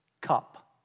cup